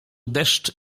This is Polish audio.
deszcz